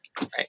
Right